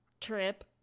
trip